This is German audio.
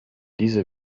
dieser